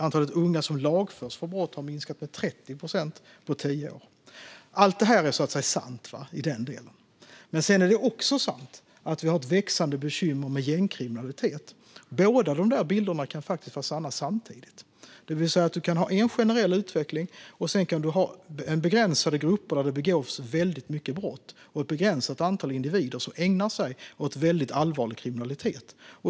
Antalet unga som lagförs för brott har minskat med 30 procent på tio år. Allt det här är sant. Men sedan är det också sant att vi har ett växande bekymmer med gängkriminalitet. Båda dessa bilder kan faktiskt vara sanna samtidigt. Du kan ha en generell utveckling, och sedan kan du ha begränsade grupper där det begås väldigt mycket brott och ett begränsat antal individer som ägnar sig åt väldigt allvarlig kriminalitet.